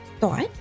thought